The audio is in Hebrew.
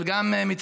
גם,